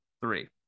Three